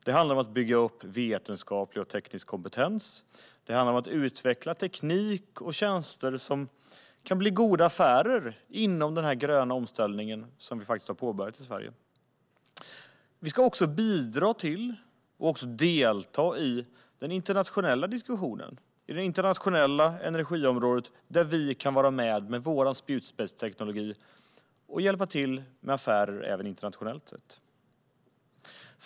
Det handlar om att bygga upp vetenskaplig och teknisk kunskap och kompetens samt utveckla teknik och tjänster som kan bli goda affärer inom den gröna omställning som vi faktiskt har påbörjat i Sverige. Vi ska också bidra till och delta i den internationella diskussionen på energiområdet, där vi kan vara med med vår spjutspetsteknologi och hjälpa till med affärer även internationellt.